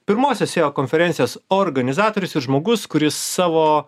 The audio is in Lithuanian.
pirmosios seo konferencijos organizatorius ir žmogus kuris savo